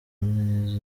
neza